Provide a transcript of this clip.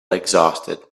exhausted